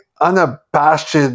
unabashed